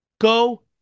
Go